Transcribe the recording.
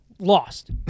Lost